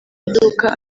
iduka